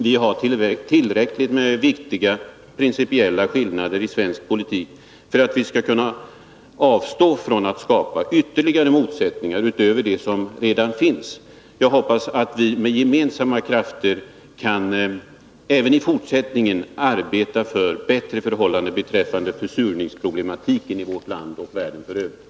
Vi har tillräckligt med viktiga, principiella skillnader i svensk politik för att kunna avstå från att skapa ytterligare motsättningar utöver dem som redan finns. Jag hoppas att vi med gemensamma krafter i fortsättningen kan arbeta för bättre förhållanden beträffande försurningsproblematiken i vårt land och i den övriga f. ö.